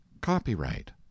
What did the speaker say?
copyright